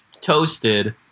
toasted